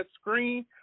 screen